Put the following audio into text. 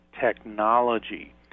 technology